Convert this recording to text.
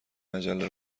مجله